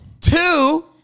Two